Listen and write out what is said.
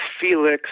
Felix